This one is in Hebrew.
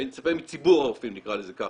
אני מצפה מציבור הרופאים, נקרא לזה ככה,